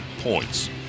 points